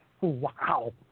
Wow